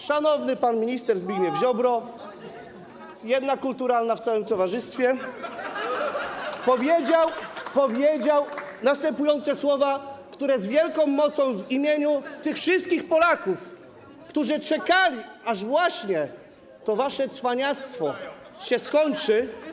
Szanowny pan minister Zbigniew Ziobro - jedna kulturalna w całym towarzystwie (Wesołość na sali) - powiedział następujące słowa, które z wielką mocą w imieniu tych wszystkich Polaków, którzy czekali, aż właśnie to wasze cwaniactwo się skończy.